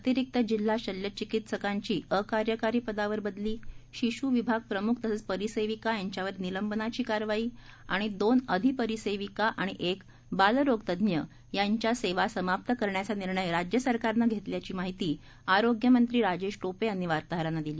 अतिरिक्त जिल्हा शल्य चिकित्सक यांची अकार्यकारी पदावर बदली शीशू विभाग प्रम्ख तसंच परिसेविका यांच्यावर निलंबनाची कारवाई आणि दोन अधिपरिसेविका आणि एक बालरोगतज्ज्ञ यांच्या सेवा समाप्त करण्याचा निर्णय राज्य सरकारनं घेतल्याची माहिती आरोग्यमंत्री राजेश टोपे यांनी वार्ताहरांना दिली